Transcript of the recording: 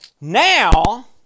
now